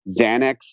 Xanax